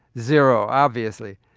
zero, obviously.